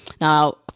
Now